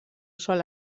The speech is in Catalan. sol